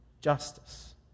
justice